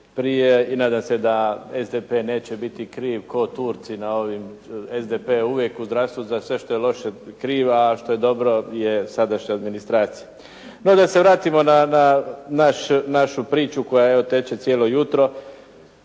prije i nadam se da SDP neće biti kriv kao Turci na ovim, SDP uvijek u zdravstvu za sve što je loše je kriv, a što je dobro je sadašnja administracija. No, da se vratimo na našu priču koja, evo teče cijelo jutro,